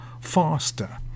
faster